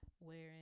wearing